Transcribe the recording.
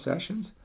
sessions